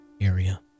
area